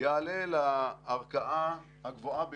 יעלה לערכאה הגבוהה ביותר.